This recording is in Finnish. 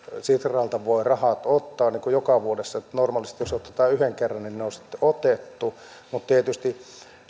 sitralta voi rahat ottaa joka vuosi normaalisti jos otetaan yhden kerran niin ne on sitten otettu mutta tietysti